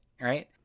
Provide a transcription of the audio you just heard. right